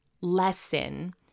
lesson